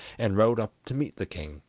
and rode up to meet the king,